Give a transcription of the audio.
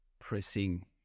pressing